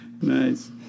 Nice